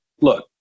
look